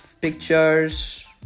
pictures